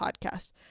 podcast